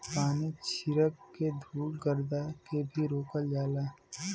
पानी छीरक के धुल गरदा के भी रोकल जाला